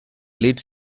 lead